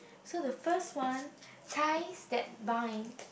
so the first one ties that binds